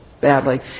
badly